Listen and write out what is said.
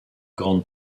grande